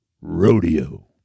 Rodeo